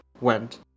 went